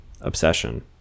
obsession